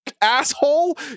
asshole